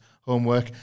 homework